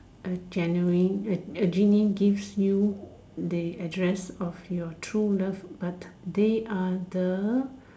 A genuine a A genie give you the address of your true love but they are the